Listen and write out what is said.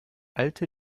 alte